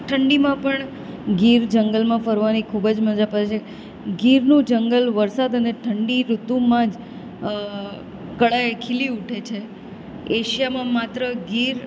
ઠંડીમાં પણ ગીર જંગલમાં ફરવાની ખૂબ જ મજા પડે છે ગીરનું જંગલ વરસાદ અને ઠંડી ઋતુમાં જ કળાએ ખીલી ઉઠે છે એશિયામાં માત્ર ગીર